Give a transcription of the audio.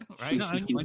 right